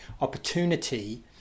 opportunity